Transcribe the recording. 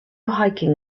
hiking